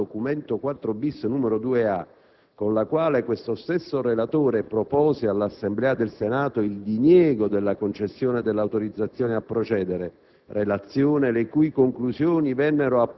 Nella relazione di cui al già citato documento IV-*bis*, n. 2-A, con la quale questo stesso relatore propose all'Assemblea del Senato il diniego della concessione dell'autorizzazione a procedere